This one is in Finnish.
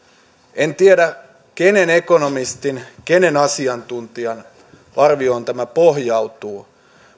en tiedä kenen ekonomistin kenen asiantuntijan arvioon tämä pohjautuu